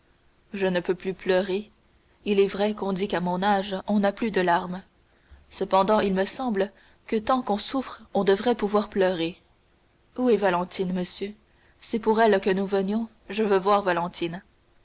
je ne peux plus pleurer il est vrai qu'on dit qu'à mon âge on n'a plus de larmes cependant il me semble que tant qu'on souffre on devrait pouvoir pleurer où est valentine monsieur c'est pour elle que nous revenions je veux voir